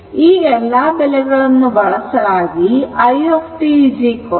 ಈ ಎಲ್ಲಾ ಮೌಲ್ಯಗಳನ್ನು ಬಳಸಲಾಗಿ i t 2